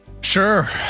sure